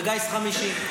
לגיס חמישי.